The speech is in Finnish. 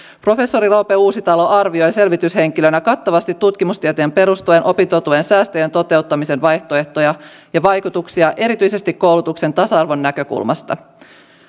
professori roope uusitalo arvioi selvityshenkilönä kattavasti tutkimustietoihin perustuen opintotuen säästöjen toteuttamisen vaihtoehtoja ja vaikutuksia erityisesti koulutuksen tasa arvon näkökulmasta